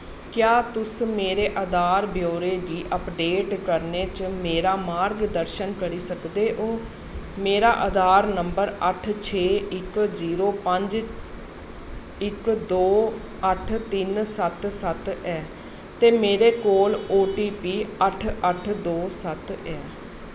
क्या तुस मेरे आधार ब्यौरे गी अपडेट करने च मेरा मार्गदर्शन करी सकदे ओ मेरा आधार नंबर अट्ठ छे इक जीरो पंज इक दो अट्ठ तिन्न सत्त सत्त ऐ ते मेरे कोल ओ टी पी अट्ठ अट्ठ दो सत्त ऐ